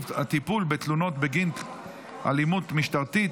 הטיפול בתלונות בגין אלימות משטרתית),